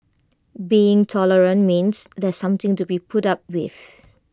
being tolerant means there's something to be put up with